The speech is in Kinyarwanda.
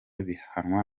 bihanwa